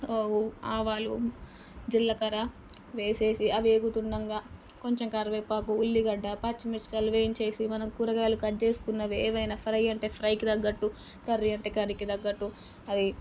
ఆవాలు జీలకర్ర వేసేసి అవి వేగుతుండగా కొంచెం కరివేపాకు ఉల్లిగడ్డ పచ్చిమిరపకాయలు వేయించేసి మనం కూరగాయలు కట్ చేసుకున్న ఏవైనా ఫ్రై అంటే ఫ్రైకి తగ్గట్టు కర్రీ అంటే కర్రీకి తగ్గట్టు అది